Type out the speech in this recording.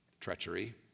Treachery